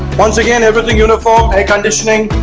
once again everything uniform air conditioning